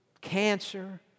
cancer